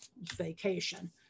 vacation